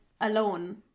alone